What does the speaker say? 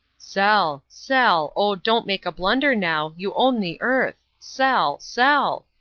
sell! sell oh, don't make a blunder, now, you own the earth sell, sell!